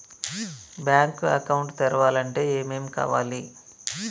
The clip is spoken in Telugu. బ్యాంక్ అకౌంట్ తెరవాలంటే ఏమేం కావాలి?